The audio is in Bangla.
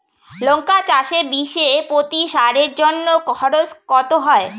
লঙ্কা চাষে বিষে প্রতি সারের জন্য খরচ কত হয়?